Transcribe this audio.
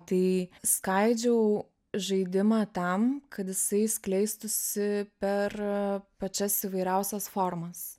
tai skaidžiau žaidimą tam kad jisai skleistųsi per pačias įvairiausias formas